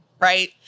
right